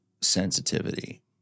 sensitivity